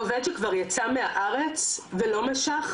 עובד שכבר יצא מהארץ ולא משך,